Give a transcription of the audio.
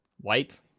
White